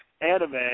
anime